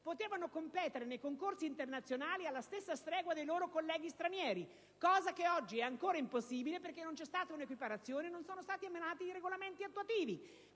potuto competere nei concorsi internazionali alla stessa stregua dei loro colleghi stranieri: questo oggi è ancora impossibile perché non c'è stata un'equiparazione e non sono stati emanati i regolamenti attuativi.